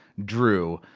drew,